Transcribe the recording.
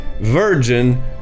virgin